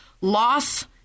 loss